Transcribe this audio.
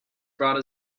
brought